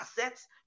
assets